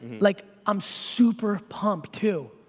like i'm super pumped too.